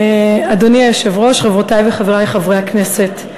אדוני היושב-ראש, חברי וחברותי חברי הכנסת,